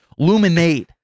luminate